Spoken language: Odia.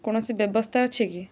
କୌଣସି ବ୍ୟବସ୍ତା ଅଛି କି